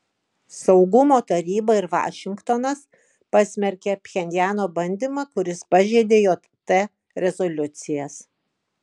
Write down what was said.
saugumo taryba ir vašingtonas pasmerkė pchenjano bandymą kuris pažeidė jt rezoliucijas